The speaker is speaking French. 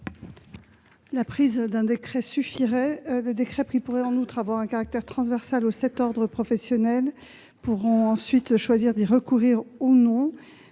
La prise d'un décret suffirait. Ce décret pourrait en outre avoir un caractère transversal aux sept ordres professionnels, ensuite libres d'y recourir ou non.